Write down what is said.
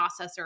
processor